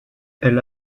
elle